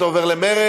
אתה עובר למרצ?